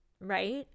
right